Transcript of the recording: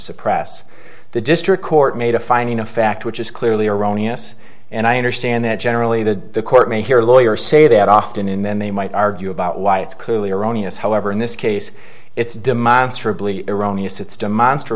suppress the district court made a finding of fact which is clearly erroneous and i understand that generally the court may hear a lawyer say that often and then they might argue about why it's clearly erroneous however in this case it's demonstrably eroni as it's demonst